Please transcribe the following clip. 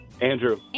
Andrew